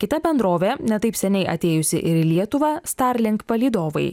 kita bendrovė ne taip seniai atėjusi ir į lietuvą starlink palydovai